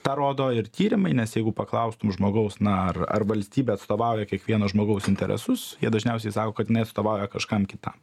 tą rodo ir tyrimai nes jeigu paklaustum žmogaus na ar ar valstybė atstovauja kiekvieno žmogaus interesus jie dažniausiai sako kad jinai atstovauja kažkam kitam